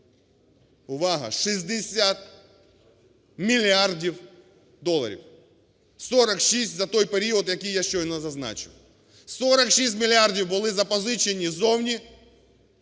Увага: 60 мільярдів доларів! 46 за той період, який я щойно зазначив. 46 мільярдів були запозичені ззовні,